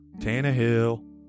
Tannehill